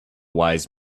wise